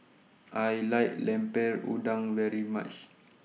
I like Lemper Udang very much